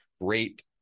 great